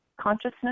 consciousness